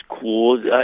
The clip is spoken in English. cool